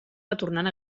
retornant